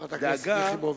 חברת הכנסת יחימוביץ.